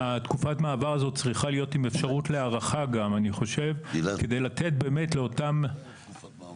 תקופת המעבר הזאת צריכה להיות עם אפשרות למתן הארכה לאותן משפחות.